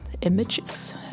images